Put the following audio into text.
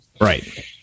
Right